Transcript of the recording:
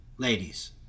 Ladies